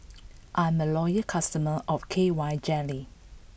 I'm a loyal customer of K Y Jelly